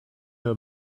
her